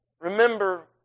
Remember